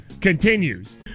continues